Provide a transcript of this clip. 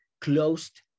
closed